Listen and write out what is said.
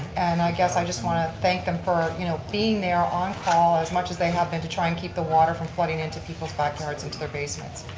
and i guess i just want to thank them for you know being there on call as much as they have been to try and keep the water from flooding into people's back yards into their basements.